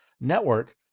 network